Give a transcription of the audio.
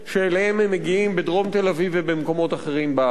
שאליהן הם מגיעים בדרום תל-אביב ובמקומות אחרים בארץ.